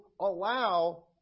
allow